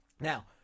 Now